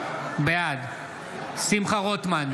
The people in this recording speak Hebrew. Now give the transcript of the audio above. בעד שמחה רוטמן,